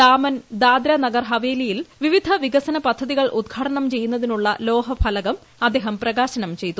ദാമൻ ദാദ്ര നഗർ ഹവേലിയിൽ വിവിധ വികസന പദ്ധതികൾ ഉദ്ഘാടനം ചെയ്യുന്നതിനുള്ള ലോഹഫലകം അദ്ദേഹം പ്രകാശനം ചെയ്തു